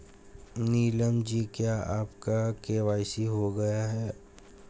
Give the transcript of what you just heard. नीलम जी क्या आपका के.वाई.सी हो गया है?